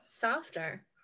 softer